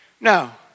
Now